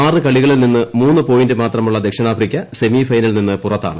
ആറ് കളികളിൽ നിന്ന് മൂന്ന് പോയിന്റ് മാത്രമുള്ള ദക്ഷിണാഫ്രിക്ക സെമിഫൈനലിൽ നിന്ന് പുറ ത്താണ്